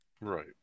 Right